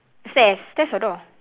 stairs stairs or door